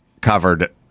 covered